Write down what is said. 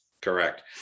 correct